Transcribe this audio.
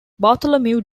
bartholomew